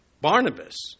Barnabas